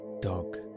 dog